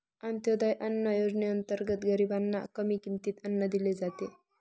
अंत्योदय अन्न योजनेअंतर्गत गरीबांना कमी किमतीत अन्न दिले जाते